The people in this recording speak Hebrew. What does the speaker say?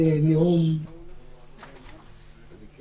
הישיבה ננעלה בשעה 14:51.